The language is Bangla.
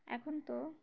এখন তো